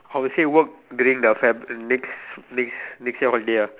I would say work during the Feb next next year holiday ah